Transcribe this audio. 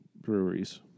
breweries